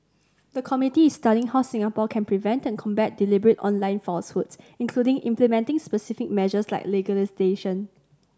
the committee is studying how Singapore can prevent and combat deliberate online falsehoods including implementing specific measures like legislation